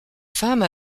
femme